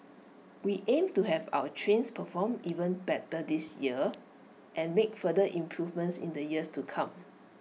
we aim to have our trains perform even better this year and make further improvements in the years to come